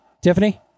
Tiffany